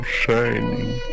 shining